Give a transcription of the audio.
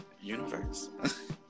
universe